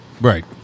right